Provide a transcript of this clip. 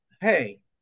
Hey